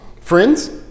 Friends